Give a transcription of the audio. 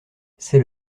c’est